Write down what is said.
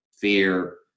fear